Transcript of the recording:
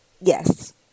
yes